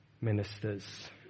ministers